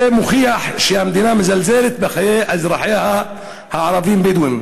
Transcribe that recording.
זה מוכיח שהמדינה מזלזלת בחיי אזרחיה הערבים-בדואים.